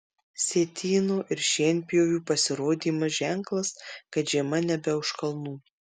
sietyno ir šienpjovių pasirodymas ženklas kad žiema nebe už kalnų